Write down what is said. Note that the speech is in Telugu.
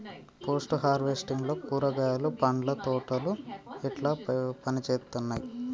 పోస్ట్ హార్వెస్టింగ్ లో కూరగాయలు పండ్ల తోటలు ఎట్లా పనిచేత్తనయ్?